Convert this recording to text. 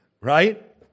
Right